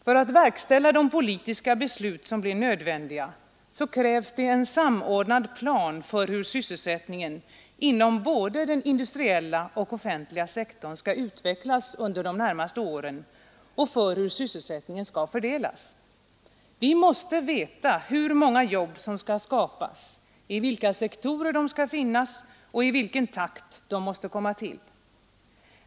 För att verkställa de politiska beslut som blir nödvändiga krävs det en samordnad plan för hur sysselsättningen inom både den industriella och den offentliga sektorn skall utvecklas under de närmaste åren och för hur sysselsättningen skall fördelas. Vi måste veta hur många jobb som skall skapas, i vilka sektorer de skall finnas och i vilken takt de måste komma till.